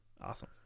Awesome